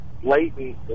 blatant